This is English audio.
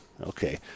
Okay